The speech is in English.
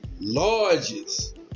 Largest